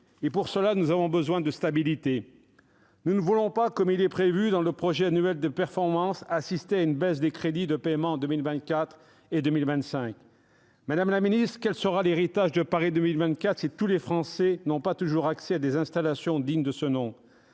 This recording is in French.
Pour cela, nous avons besoin de stabilité. Nous ne voulons pas, comme cela est prévu dans le projet annuel de performance, assister à une baisse des crédits de paiement en 2024 et en 2025. Madame la ministre, quel sera l'héritage de Paris 2024 si tous les Français n'ont toujours pas accès à des installations dignes de ce nom ?